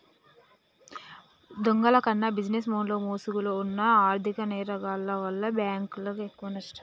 దొంగల కన్నా బిజినెస్ మెన్ల ముసుగులో వున్న ఆర్ధిక నేరగాల్ల వల్లే బ్యేంకులకు ఎక్కువనష్టం